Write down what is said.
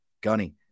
gunny